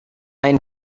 ein